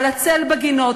על הצל בגינות,